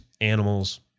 animals